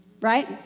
right